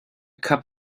cup